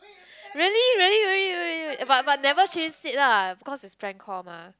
really really really really really but but never change seat lah because it's prank call mah